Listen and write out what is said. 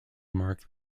mark